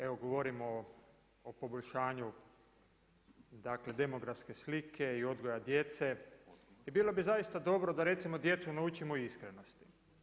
Evo govorimo o poboljšanju, dakle demografske slike i odgoja djece i bilo bi zaista dobro da recimo djecu naučimo iskrenosti.